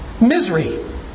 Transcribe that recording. Misery